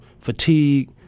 fatigue